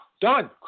Done